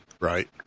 Right